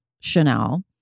Chanel